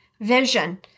Vision